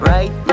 Right